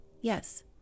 Yes